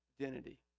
identity